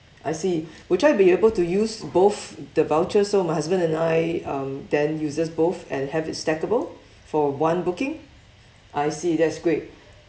I see would I be able to use both the voucher so my husband and I um then uses both and have it stackable for one booking I see that's great